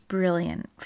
brilliant